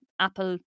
Apple